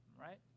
right